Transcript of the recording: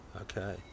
Okay